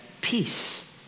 peace